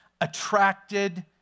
attracted